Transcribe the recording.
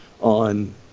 on